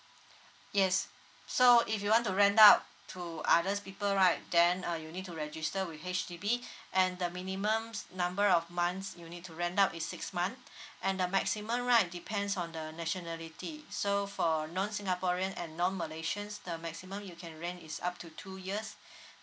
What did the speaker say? yes so if you want to rent out to others people right then uh you need to register with H_D_B and the minimum number of months you need to rent up is six month and the maximum right depends on the nationality so for non singaporean and non malaysians the maximum you can rent is up to two years